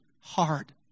hard